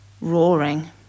roaring